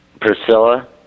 Priscilla